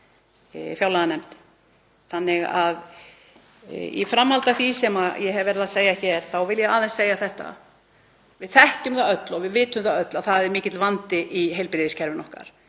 Í framhaldi af því sem ég hef verið að segja hér þá vil ég aðeins segja þetta: Við þekkjum það öll og við vitum öll að það er mikill vandi í heilbrigðiskerfinu okkar,